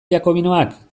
jakobinoak